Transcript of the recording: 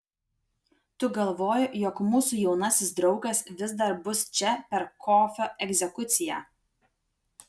tu galvoji jog mūsų jaunasis draugas vis dar bus čia per kofio egzekuciją